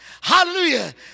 Hallelujah